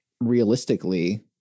realistically